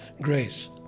grace